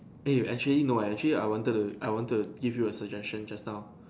eh actually no actually I wanted I want to give your suggestion just now